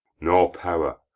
nor power,